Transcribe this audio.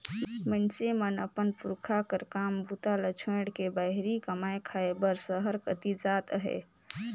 मइनसे मन अपन पुरखा कर काम बूता ल छोएड़ के बाहिरे कमाए खाए बर सहर कती जात अहे